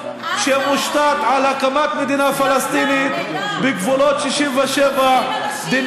שמושתת על הקמת מדינה פלסטינית בגבולות 67' זכויות האדם בעזה,